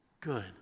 good